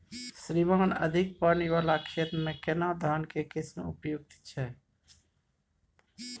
श्रीमान अधिक पानी वाला खेत में केना धान के किस्म उपयुक्त छैय?